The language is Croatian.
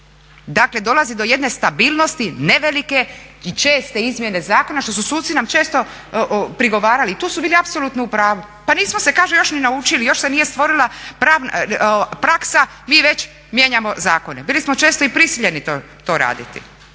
Dakle dolazi do jedne stabilnosti, ne velike i česte izmjene zakona što su suci nam često prigovarali i tu su bili apsolutno u pravu. Pa nismo se kaže još ni naučili, još se nije stvorila praksa, mi već mijenjamo zakone. Bili smo često i prisiljeni to raditi,